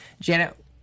Janet